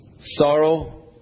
Sorrow